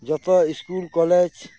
ᱡᱚᱛᱚ school college